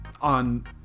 on